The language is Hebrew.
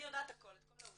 אני יודעת הכל, את כל העובדות.